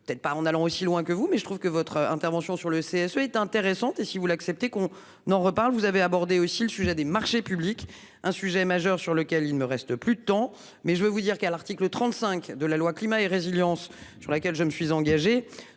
je t'ai pas en allant aussi loin que vous mais je trouve que votre intervention sur le CSE est intéressante et si vous l'acceptez qu'on n'en reparle vous avez abordé aussi le sujet des marchés publics. Un sujet majeur sur lequel il me reste plus de temps mais je vais vous dire qu'à l'article 35 de la loi climat et résilience, sur laquelle je me suis engagé